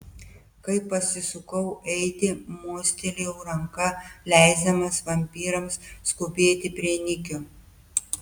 kai pasisukau eiti mostelėjau ranka leisdamas vampyrams skubėti prie nikio